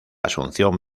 asunción